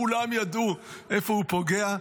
כולם ידעו איפה הוא פוגע,